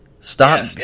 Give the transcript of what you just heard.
Stop